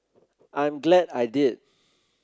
I'm glad I did